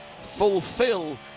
fulfill